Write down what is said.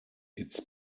its